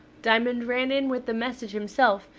diamond ran in with the message himself,